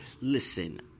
Listen